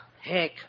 heck